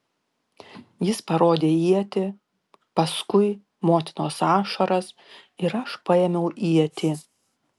jis parodė ietį paskui motinos ašaras ir aš paėmiau ietį